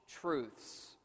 truths